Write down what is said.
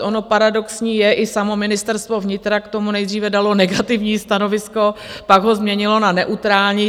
Ono paradoxní je, že i samotné Ministerstvo vnitra k tomu nejdříve dalo negativní stanovisko, pak ho změnilo na neutrální.